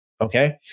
Okay